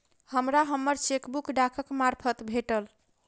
हमरा हम्मर चेकबुक डाकक मार्फत भेटल